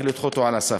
וצריך לדחות אותו על הסף.